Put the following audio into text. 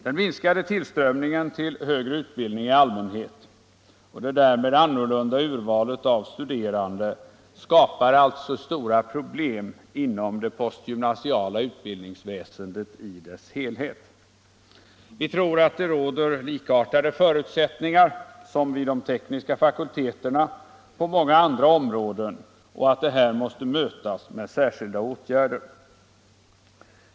Den minskade tillströmningen till högre utbildning i allmänhet och det därmed annorlunda urvalet av studerande skapar alltså stora problem inom det postgymnasiala utbildningsväsendet i dess helhet. Vi tror att det på många andra områden råder likartade förutsättningar som vid de tekniska fakulteterna och att det här måste mötas med särskilda åtgärder.